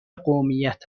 قومیت